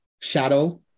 shadow